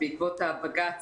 בעקבות הבג"ץ